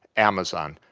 amazon,